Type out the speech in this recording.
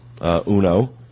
Uno